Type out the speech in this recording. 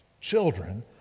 children